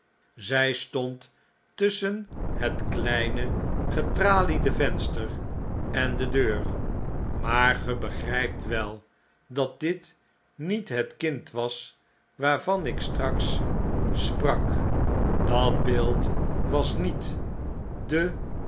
zij stond tusschen het kleine getraliede venster endedeur maar ge begrijpt wel dat dit niet het kind was waarvan ik straks sprak dat beeld was niet de